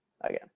again